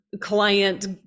client